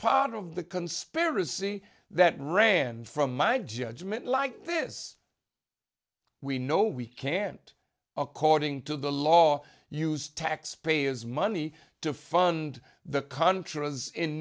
part of the conspiracy that ran from my judgment like this we know we can't according to the law use taxpayers money to fund the